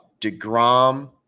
DeGrom